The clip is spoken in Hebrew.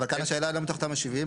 אבל כאן השאלה לא בתוך תמ"א 70,